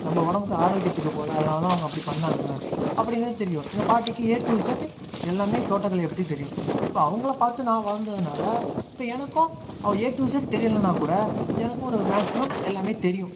நம்ம உடம்புக்கு ஆரோக்கியத்துக்கு போல அதனால தான் அவங்கள் அப்படி பண்ணாங்க அப்படிங்கிறது தெரியும் எங்கள் பாட்டிக்கு ஏ டு இசட் எல்லாம் தோட்ட கலையை பற்றி தெரியும் இப்போ அவங்களை பார்த்து நான் வளர்ந்ததுனால இப்போ எனக்கும் ஏ டு இசட் தெரியலைனா கூட எனக்கும் ஒரு மேக்சிமம் எல்லாம் தெரியும்